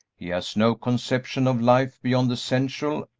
he has no conception of life beyond the sensual,